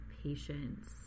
patience